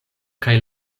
kaj